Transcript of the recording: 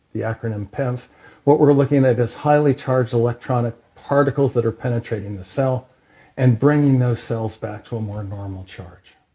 the acronym pemf what we're looking at is highly charged electronic particles that are penetrating the cell and bringing those cells back to a more normal charge